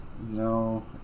no